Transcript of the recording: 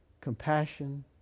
compassion